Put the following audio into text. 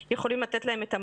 שיכולים לתת להם את המענה.